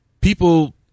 people